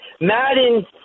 Madden